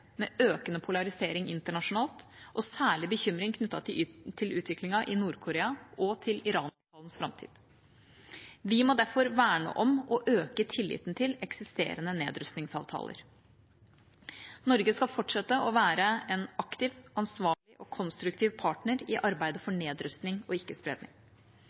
med økende polarisering internasjonalt og særlig bekymring knyttet til utviklingen i Nord-Korea og til Iran-avtalens framtid. Vi må derfor verne om og øke tilliten til eksisterende nedrustningsavtaler. Norge skal fortsette å være en aktiv, ansvarlig og konstruktiv partner i arbeidet for nedrustning og